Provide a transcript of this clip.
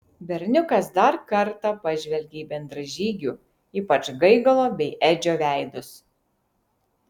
berniukas dar kartą pažvelgė į bendražygių ypač gaigalo bei edžio veidus